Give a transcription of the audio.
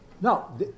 No